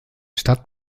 stadt